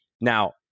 Now